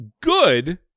good